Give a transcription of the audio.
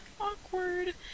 Awkward